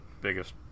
biggest